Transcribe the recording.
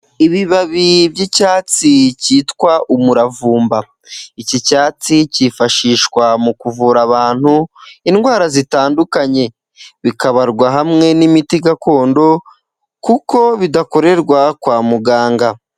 Ibibabi by'icyatsi kitwa umuravumba, iki cyatsi kifashishwa mu kuvura abantu indwara zitandukanye, bikabarwa hamwe n'imiti gakondo kuko bidakorerwa kwa muganga.